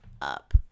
up